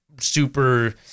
Super